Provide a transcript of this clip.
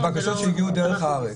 הבקשות שהגיעו דרך הארץ.